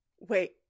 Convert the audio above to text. Wait